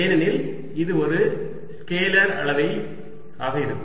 ஏனெனில் இது ஒரு ஸ்கேலர் அளவையாக இருக்கும்